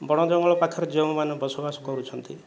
ବଣ ଜଙ୍ଗଲ ପାଖରେ ଯେଉଁମାନେ ବସବାସ କରୁଛନ୍ତି